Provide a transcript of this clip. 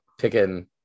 picking